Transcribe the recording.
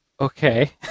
Okay